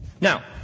Now